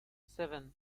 seven